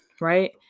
Right